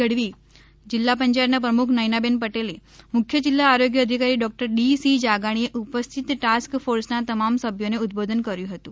ગઢવી જીલ્લા યાયતના પ્રમુખ નથનાબેન ટેલે મુખ્ય જિલ્લા આરોગ્ય અધિકારી ડો ડી સી જાગાણી એ ઉલસ્થિત ટાસ્ક ફોર્સના તમામ સભ્યોને ઉદબોધન કર્યું હતું